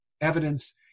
evidence